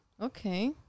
Okay